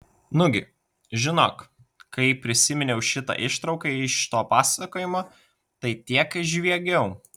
nugi žinok kai prisiminiau šitą ištrauką iš to pasakojimo tai tiek žviegiau